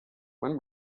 when